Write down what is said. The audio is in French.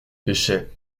pêchait